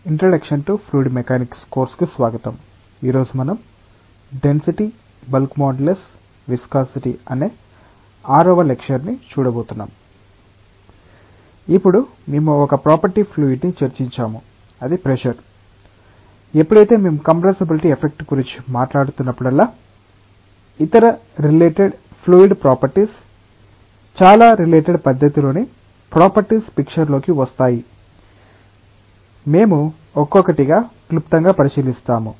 ఇప్పుడు మేము ఒక ఫ్లూయిడ్ ప్రాపర్టీ ని చర్చించాము అది ప్రెషర్ ఎపుడైతే మేము కంప్రెస్సబులిటి ఎఫెక్ట్స్ గురించి మాట్లాడుతున్నప్పుడల్లా ఇతర రిలేటెడ్ ఫ్లూయిడ్ ప్రాపర్టీస్ చాలా రిలేటెడ్ పద్ధతిలోని ప్రాపర్టీస్ పిక్చర్ లోకి వస్తాయి మేము ఒక్కొక్కటిగా క్లుప్తంగా పరిశీలిస్తాము